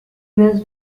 was